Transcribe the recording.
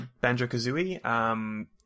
Banjo-Kazooie